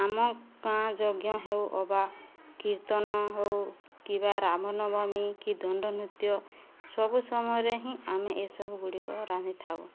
ଆମ ଗାଁ ଯଜ୍ଞ ହେଉ ଅବା କୀର୍ତ୍ତନ ହେଉ କି'ବା ରାମ ନବମୀ କି ଦଣ୍ଡନୃତ୍ୟ ସବୁ ସମୟରେ ହିଁ ଆମେ ଏ ସବୁଗୁଡ଼ିକ ରାନ୍ଧିଥାଉ